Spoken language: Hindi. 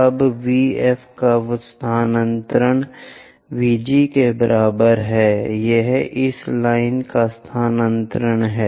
अब VF का स्थानांतरण VG के बराबर है यह इस लाइन का स्थानांतरण है